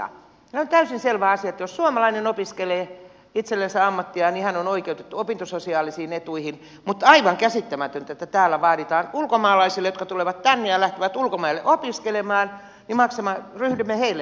on täysin selvä asia että jos suomalainen opiskelee itsellensä ammattia niin hän on oikeutettu opintososiaalisiin etuihin mutta on aivan käsittämätöntä että täällä vaaditaan sitä ulkomaalaisille jotka tulevat tänne ja lähtevät ulkomaille opiskelemaan että ryhdymme heille maksamaan